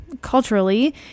culturally